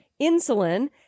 insulin